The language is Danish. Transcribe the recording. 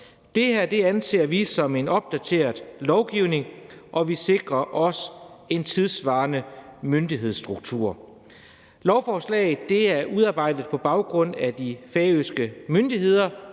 Det her anser vi som en opdateret lovgivning, og vi sikrer også en tidssvarende myndighedsstruktur. Lovforslaget er udarbejdet sammen med de færøske myndigheder